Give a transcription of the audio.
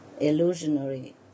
illusionary